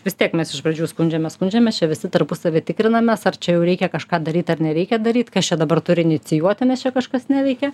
vis tiek mes iš pradžių skundžiamės skundžiamės čia visi tarpusavy tikrinamės ar čia jau reikia kažką daryt ar nereikia daryt kas čia dabar turi inicijuoti nes čia kažkas neveikia